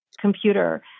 computer